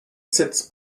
sits